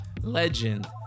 Legend